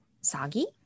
soggy